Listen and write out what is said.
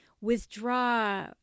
withdraw